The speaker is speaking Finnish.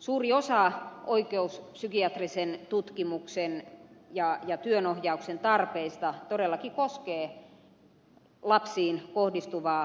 suuri osa oikeuspsykiatrisen tutkimuksen ja työnohjauksen tarpeista todellakin koskee lapsiin kohdistuvaa pahoinpitelyä